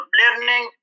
learning